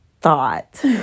thought